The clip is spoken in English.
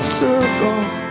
circles